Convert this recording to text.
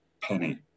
Penny